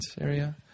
area